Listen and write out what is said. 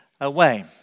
away